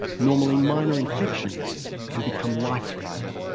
normally minor infections can become life-threatening.